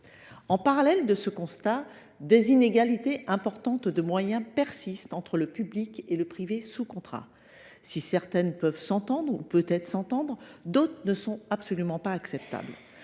68 %. Outre ce constat, des inégalités importantes de moyens persistent entre le public et le privé sous contrat. Si certaines peuvent s’entendre, d’autres ne sont absolument pas acceptables,